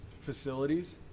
facilities